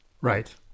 Right